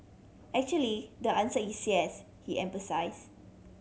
actually the answer is yes he emphasised